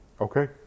Okay